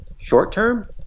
short-term